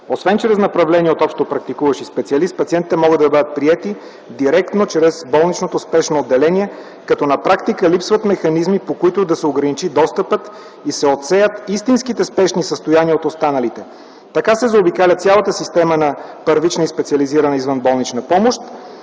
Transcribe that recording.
Освен чрез направления от общопрактикуващ и специалист, пациентите могат да бъдат приети директно чрез болничното спешно отделение, като на практика липсват механизми, по които да се ограничи достъпът и се отсеят истинските спешни състояния от останалите. Така се заобикаля цялата система на първична и специализирана извънболнична помощ,